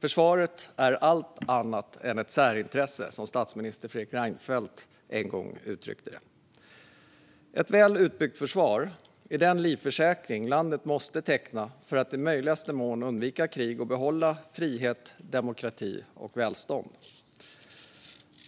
Försvaret är allt annat än ett särintresse, som statsminister Fredrik Reinfeldt en gång uttryckte det. Ett väl utbyggt försvar är den livförsäkring landet måste teckna för att i möjligaste mån undvika krig och behålla frihet, demokrati och välstånd.